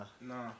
No